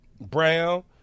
Brown